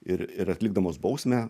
ir ir atlikdamos bausmę